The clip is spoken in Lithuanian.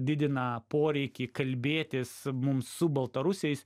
didina poreikį kalbėtis mum su baltarusiais